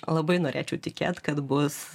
labai norėčiau tikėt kad bus